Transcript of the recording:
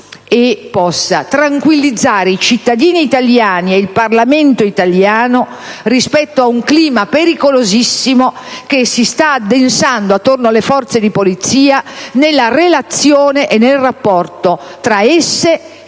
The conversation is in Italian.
e possa tranquillizzare i cittadini italiani e il Parlamento italiano rispetto ad un clima pericolosissimo che si sta addensando attorno alle forze di Polizia nella relazione e nel rapporto tra esse e il Parlamento,